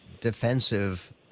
defensive